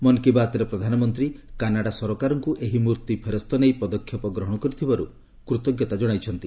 ମନ୍ କୀ ବାତ୍ରେ ପ୍ରଧାନମନ୍ତ୍ରୀ କାନାଡ଼ା ସରକାରଙ୍କୁ ଏହି ମର୍ତ୍ତି ଫେରସ୍ତ ନେଇ ପଦକ୍ଷେପ ଗ୍ରହଣ କରିଥିବାର୍ତ କୃତଜ୍ଞତା କଣାଇଛନ୍ତି